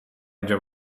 اینجا